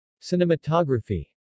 Cinematography